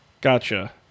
Gotcha